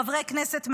חברי כנסת מהליכוד,